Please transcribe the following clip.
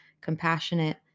compassionate